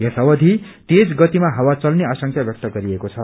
यस अवधि तेज गतिमा हावा चल्ने आशंका ब्यक्त गरिएको छ